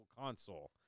console